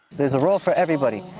there's a role for everybody.